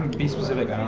be specific. i don't